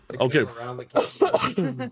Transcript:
Okay